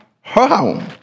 home